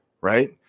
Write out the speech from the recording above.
right